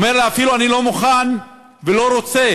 הוא אומר אפילו: אני לא מוכן ולא רוצה